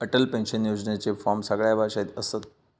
Atal pension योजनेचे form सगळ्या भाषेत असत